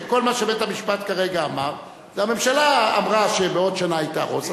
כל מה שבית-המשפט כרגע אמר זה שהממשלה אמרה שבעוד שנה היא תהרוס,